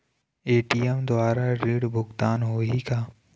ATM द्वारा ऋण भुगतान होही का?